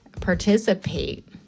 participate